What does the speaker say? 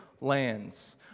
lands